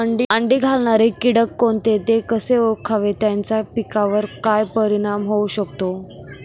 अंडी घालणारे किटक कोणते, ते कसे ओळखावे त्याचा पिकावर काय परिणाम होऊ शकतो?